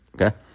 okay